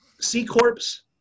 C-corps